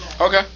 Okay